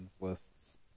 lists